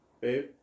babe